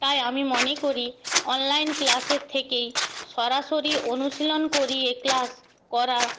তাই আমি মনে করি অনলাইন ক্লাসের থেকেই সরাসরি অনুশীলন করিয়ে ক্লাস করা